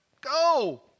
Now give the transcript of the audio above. go